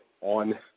on